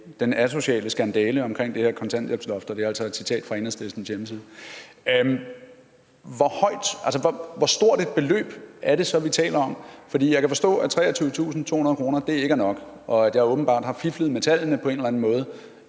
den asociale skandale omkring det her kontanthjælpsloft, og det er altså et citat fra Enhedslistens hjemmeside. Hvor stort et beløb er det så, vi taler om? For jeg kan forstå, at 23.200 kr. ikke er nok, og at jeg åbenbart har fiflet med tallene på en eller anden måde